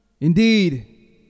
Indeed